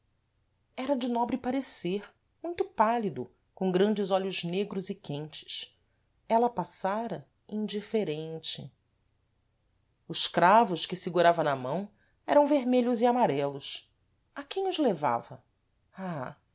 era de nobre parecer muito pálido com grandes olhos negros e quentes ela passara indiferente os cravos que segurava na mão eram vermelhos e amarelos a quem os levava ah